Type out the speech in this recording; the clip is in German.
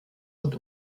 und